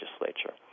Legislature